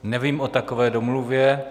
Nevím o takové domluvě.